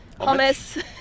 hummus